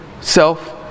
self